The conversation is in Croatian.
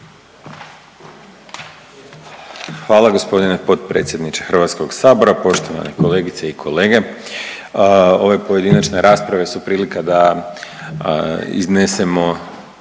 Hvala gospodine potpredsjedniče Hrvatskog sabora, poštovane kolegice i kolege. Ove pojedinačne rasprave su prilika da iznesemo